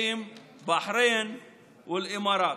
עם בחריין ואל-אימאראת.